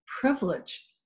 privilege